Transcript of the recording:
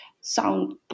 sound